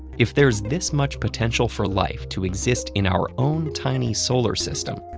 if there's this much potential for life to exist in our own tiny solar system,